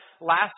last